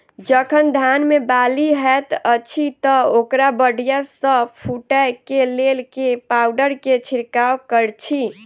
जखन धान मे बाली हएत अछि तऽ ओकरा बढ़िया सँ फूटै केँ लेल केँ पावडर केँ छिरकाव करऽ छी?